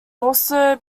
also